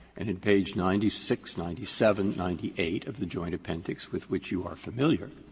and at page ninety six, ninety seven, ninety eight of the joint appendix, with which you are familiar,